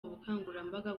ubukangurambaga